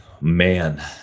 Man